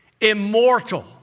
immortal